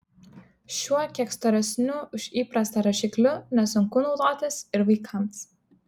šiuo kiek storesniu už įprastą rašikliu nesunku naudotis ir vaikams